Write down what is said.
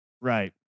Right